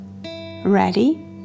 ready